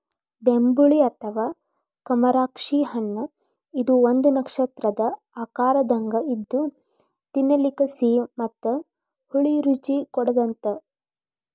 ಬೆಂಬುಳಿ ಅಥವಾ ಕಮರಾಕ್ಷಿ ಹಣ್ಣಇದು ಒಂದು ನಕ್ಷತ್ರದ ಆಕಾರದಂಗ ಇದ್ದು ತಿನ್ನಲಿಕ ಸಿಹಿ ಮತ್ತ ಹುಳಿ ರುಚಿ ಕೊಡತ್ತದ